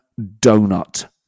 donut